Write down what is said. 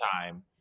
time